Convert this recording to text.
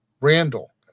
Randall